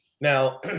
Now